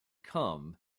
come